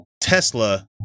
Tesla